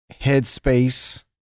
headspace